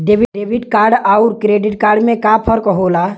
Debit card अउर credit card में का फर्क होला?